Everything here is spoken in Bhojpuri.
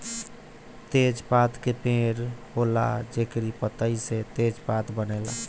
तेजपात के पेड़ होला जेकरी पतइ से तेजपात बनेला